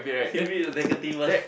humid to negative one